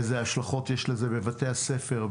איזה השלכות יש לזה בבתי הספר,